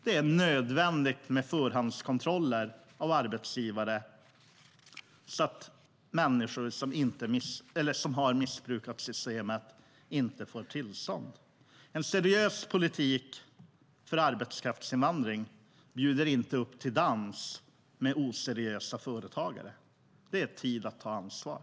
Det är nödvändigt med förhandskontroller av arbetsgivare så att människor som har missbrukat systemet inte får tillstånd. En seriös politik för arbetskraftsinvandring bjuder inte upp till dans med oseriösa företagare. Det är tid att ta ansvar.